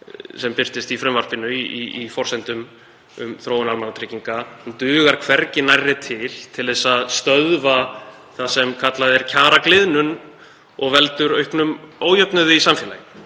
sem birtist í frumvarpinu í forsendum um þróun almannatrygginga, dugar hvergi nærri til að stöðva það sem kallað er kjaragliðnun og veldur auknum ójöfnuði í samfélaginu.